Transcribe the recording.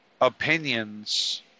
opinions